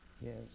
Yes